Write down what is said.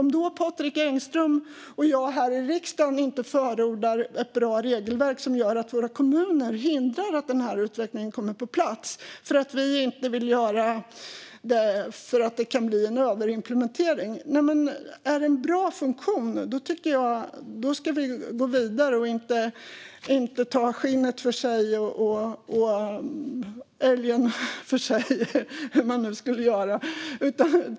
Om Patrik Engström och jag här i riksdagen inte förordar ett bra regelverk för att vi inte vill ha en överimplementering kan det i sin tur göra att våra kommuner hindrar att den här utvecklingen kommer på plats. Är det en bra funktion tycker jag att vi ska gå vidare och inte ta älgskinnet för sig och resten av älgen för sig, eller hur man nu skulle göra.